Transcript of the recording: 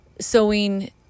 sewing